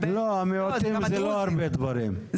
לא, המיעוטים זה לא הרבה דברים.